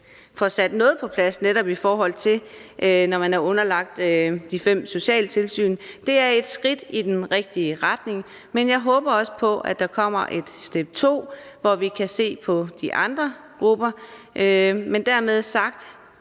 får sat noget på plads, netop i de tilfælde, hvor man er underlagt de fem socialtilsyn. Det er et skridt i den rigtige retning, men jeg håber også på, at der kommer et step to, hvor vi kan se på de andre grupper. Men dermed sagt